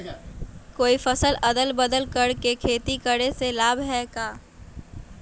कोई फसल अदल बदल कर के खेती करे से लाभ है का?